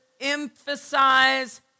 emphasize